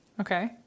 Okay